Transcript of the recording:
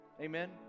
Amen